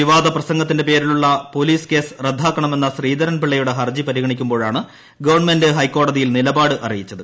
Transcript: വിവാദ പ്രസംഗത്തിന്റെ പേരിലുള്ള പൊലീസ് കേസ് റദ്ദാക്കണമെന്ന ശ്രീധരൻപിള്ളയുടെ ഹർജി പരിഗണിക്കുമ്പോഴാണ് ഗവൺമെന്റ് ഹൈക്കോടതിയിൽ നിലപാട് അറിയിച്ചത്